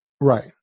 Right